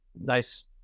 nice